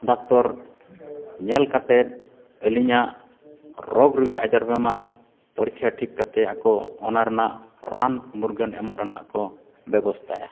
doctor ᱧᱮᱞ ᱠᱟᱛᱮᱫ ᱟᱹᱞᱤᱧᱟᱜ ᱨᱳᱜᱽ ᱨᱩᱜᱤ ᱟᱡᱟᱨ ᱵᱮᱢᱟᱨ ᱯᱚᱨᱤᱠᱠᱷᱟ ᱴᱷᱤᱠ ᱠᱟᱛᱮᱫ ᱟᱠᱚ ᱚᱱᱟ ᱨᱮᱱᱟᱜ ᱨᱟᱱ ᱢᱩᱨᱜᱟᱹᱱ ᱮᱢᱚᱜ ᱨᱮᱱᱟᱜ ᱠᱚ ᱵᱮᱵᱚᱥᱛᱷᱟᱭᱟ